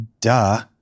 Duh